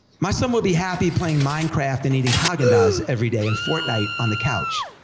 my son would be happy playing minecraft and eating haagen-dazs every day, and fortnite on the couch.